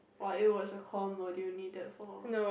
or it was a core module needed for